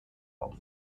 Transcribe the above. auf